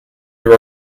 your